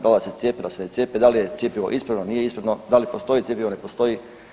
Da li da se cijepe, da se ne cijepe, da li je cjepivo ispravno, nije ispravno, da li postoj cjepivo, ne postoji.